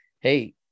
hey